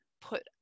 put